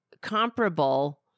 comparable